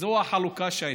זו החלוקה שהייתה.